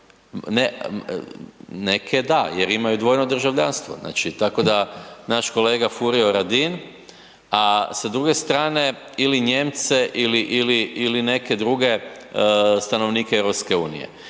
neke da jer imaju dvojno državljanstvo, tako da naš kolega Furio Radin, a sa druge strane ili Nijemce ili neke druge stanovnike EU.